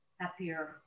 happier